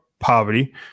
Poverty